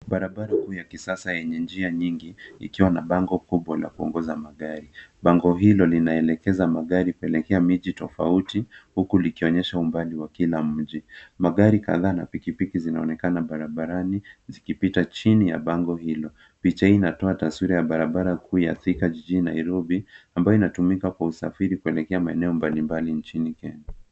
Barabara kuu ya kisasa yenye njia nyingi ikiwa na bango kubwa la kuongoza magari. Bango hilo linaelekeza magari kuelekea miji tofauti huku likionyesha umbali wa kila mji. Magari kadhaa na pikipiki zinaonekana barabarani zikipita chini ya bango hilo. Picha hii inatoa taswira ya barabara kuu ya Thika jijini Nairobi ambayo inatumika kwa usafiri kuelekea maeneo mbalimbali nchini Kenya.